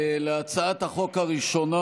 להצעת החוק הראשונה,